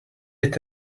est